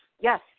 Yes